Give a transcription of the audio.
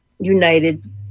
united